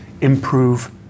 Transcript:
improve